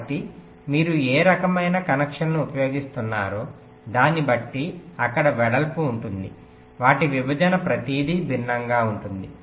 కాబట్టి మీరు ఏ రకమైన కనెక్షన్ను ఉపయోగిస్తున్నారో దాని బట్టి అక్కడ వెడల్పు ఉంటుంది వాటి విభజన ప్రతిదీ భిన్నంగా ఉంటుంది